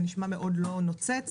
זה נשמע מאוד לא נוצץ,